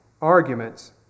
arguments